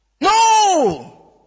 No